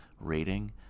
rating